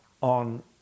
on